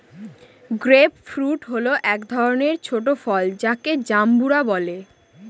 grape fruit হল এক ধরনের ছোট ফল যাকে জাম্বুরা বলে